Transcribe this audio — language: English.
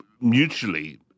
mutually